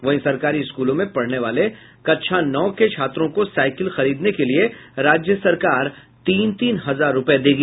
वहीं सरकारी स्कूलों में पढ़ने वाले कक्षा नौ के छात्रों को साइकिल खरीदने के लिये राज्य सरकार तीन तीन हजार रूपये देगी